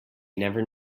never